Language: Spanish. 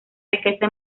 riqueza